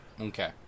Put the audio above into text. Okay